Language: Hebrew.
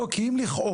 לא, כי אם לכאורה,